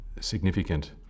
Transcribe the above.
significant